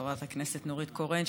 חברת הכנסת נורית קורן,